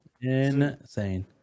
Insane